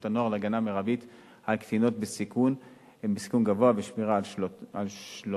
הנוער להגנה מרבית על קטינות בסיכון גבוה ושמירה על שלומן.